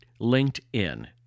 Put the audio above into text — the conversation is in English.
LinkedIn